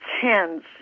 hands